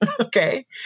Okay